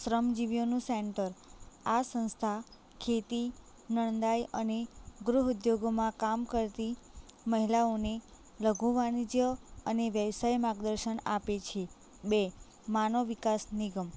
શ્રમજીવીઓનું centre આ સંસ્થા ખેતી નણદાઈ અને ગૃહ ઉદ્યોગોમાં કામ કરતી મહિલાઓને લઘુ વાણિજ્ય અને વિષય માર્ગદર્શન આપે છે બે માનવ વિકાસ નિગમ